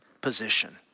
position